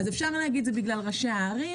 אז אפשר להגיד שזה בגלל ראשי הערים,